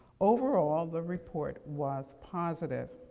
overall, the report was positive.